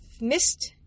missed